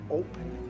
open